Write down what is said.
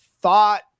thought